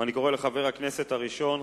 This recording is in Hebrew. אני קורא לחבר הכנסת הראשון,